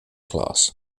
class